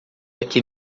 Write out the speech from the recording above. aqui